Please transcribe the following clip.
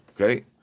Okay